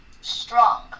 strong